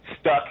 stuck